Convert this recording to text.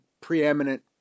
preeminent